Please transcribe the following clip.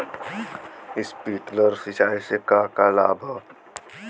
Sprinkler सिंचाई से का का लाभ ह?